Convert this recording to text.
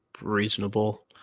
reasonable